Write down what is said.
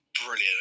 brilliant